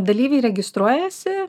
dalyviai registruojasi